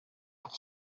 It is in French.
pour